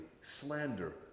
slander